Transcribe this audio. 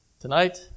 Tonight